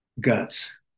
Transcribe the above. Guts